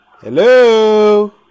hello